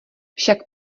však